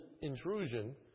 intrusion